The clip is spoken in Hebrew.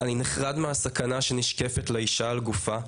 אני נחרד מהסכנה שנשקפת לאישה על גופה.